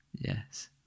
Yes